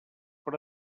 per